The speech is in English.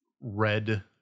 red